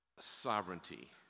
sovereignty